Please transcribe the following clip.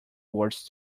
words